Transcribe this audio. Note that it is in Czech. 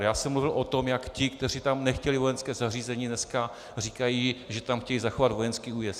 Já jsem mluvil o tom, jak ti, kteří tam nechtěli vojenské zařízení, dnes říkají, že tam chtějí zachovat vojenský újezd.